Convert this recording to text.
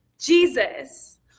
Jesus